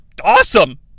Awesome